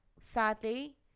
sadly